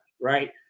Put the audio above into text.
right